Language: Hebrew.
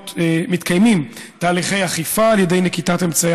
מתקיימים תהליכי אכיפה על ידי נקיטת אמצעי